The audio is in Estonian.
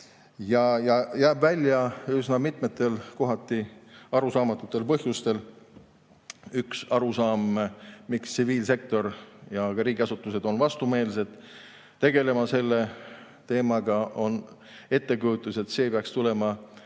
ja jääb välja üsna mitmetel, kohati arusaamatutel põhjustel. Üks arusaam, miks tsiviilsektoril ja ka riigiasutustel on vastumeelsus, tegelemaks selle teemaga, on ettekujutus, et see peaks tulema